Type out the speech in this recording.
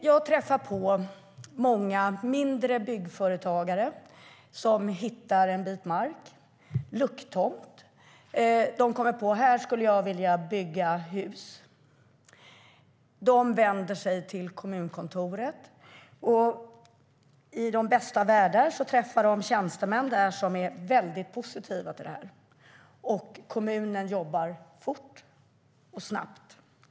Jag träffar många mindre byggföretagare som hittat en bit mark, en lucktomt, och kommer på att där skulle de vilja bygga hus. De vänder sig till kommunkontoret. I de bästa av världar träffar de tjänstemän där som är väldigt positiva till detta, och kommunen jobbar snabbt.